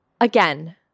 again